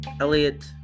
Elliot